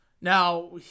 Now